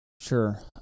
Sure